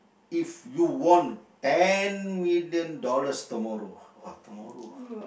if you won ten million dollars tomorrow